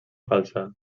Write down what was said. falsa